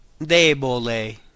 Debole